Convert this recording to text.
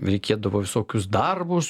reikėdavo visokius darbus